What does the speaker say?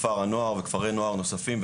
כפר הנוער וכפרי נוער נוספים,